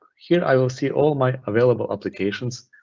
here, i will see all my available applications